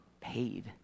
paid